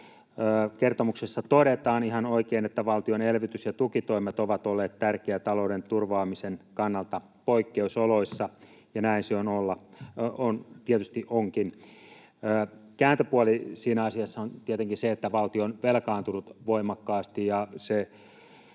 Kertomuksessa todetaan ihan oikein, että valtion elvytys- ja tukitoimet ovat olleet tärkeitä talouden turvaamisen kannalta poikkeusoloissa, ja näin se tietysti onkin. Kääntöpuoli siinä asiassa on tietenkin se, että valtio on velkaantunut voimakkaasti,